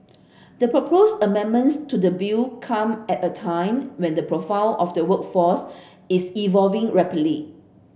the proposed amendments to the bill come at a time when the profile of the workforce is evolving rapidly